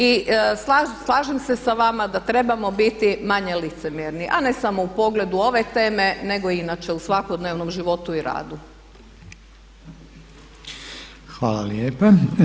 I slažem se sa vama da trebamo biti manje licemjerni a ne samo u pogledu ove teme nego inače u svakodnevnom životu i radu.